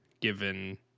given